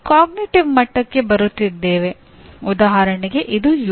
ಅರಿವಿನ ಮಟ್ಟಕ್ಕೆ ಬರುತ್ತಿದ್ದೇವೆ ಉದಾಹರಣೆಗೆ ಇದು ಯು